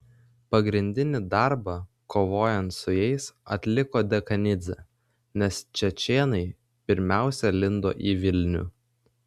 pagrindinį darbą kovojant su jais atliko dekanidzė nes čečėnai pirmiausia lindo į vilnių